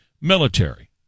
military